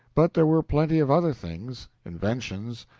but there were plenty of other things inventions,